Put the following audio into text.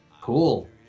Cool